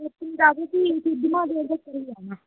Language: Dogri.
पत्नीटाप ते भी सुद्ध महादेव तक्कर बी जाना